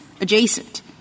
adjacent